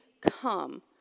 come